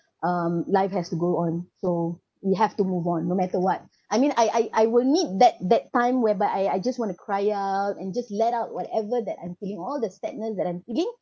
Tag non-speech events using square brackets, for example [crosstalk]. um life has to go on so we have to move on no matter what [breath] I mean I I I will need that that time whereby I I just want to cry out and just let out whatever that I'm feeling all the sadness that I'm feeling